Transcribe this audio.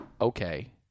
okay